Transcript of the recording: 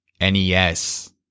NES